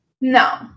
no